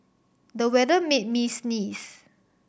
the weather made me sneeze